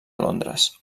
londres